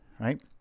right